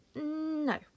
no